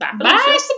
Bye